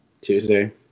Tuesday